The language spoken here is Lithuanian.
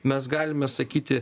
mes galime sakyti